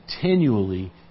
continually